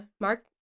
Mark